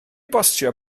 bostio